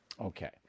Okay